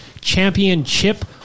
championship